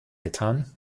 getan